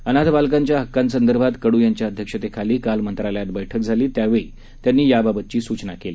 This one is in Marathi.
अनाथ बालकांच्या हक्कांसंदर्भात कडू यांच्या अध्यक्षतेखाली काल मंत्रालयात बक्कि झाली त्यावेळी त्यांनी याबाबतची सूचना केली